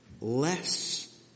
less